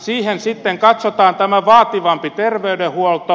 siihen sitten katsotaan tämä vaativampi terveydenhuolto